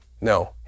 No